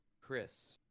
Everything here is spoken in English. Chris